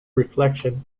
reflection